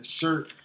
shirt